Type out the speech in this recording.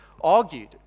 argued